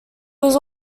was